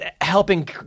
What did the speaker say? helping